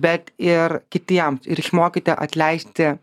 bet ir kitiems ir išmokite atleisti